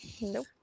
Nope